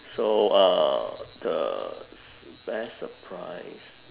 so uh the best surprise